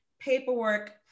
paperwork